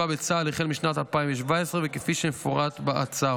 בצה"ל החל משנת 2017 וכפי שיפורט בהצעה.